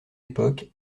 époque